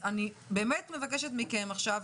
אני באמת מבקשת מכם עכשיו,